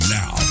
now